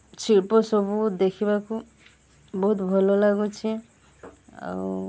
ଶିଳ୍ପ ସବୁ ଦେଖିବାକୁ ବହୁତ ଭଲ ଲାଗୁଛି ଆଉ